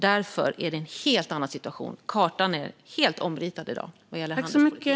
Därför är det en helt annan situation. Kartan är helt omritad i dag vad gäller handelspolitiken.